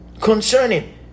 concerning